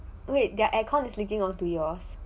wait their air con is leaking onto yours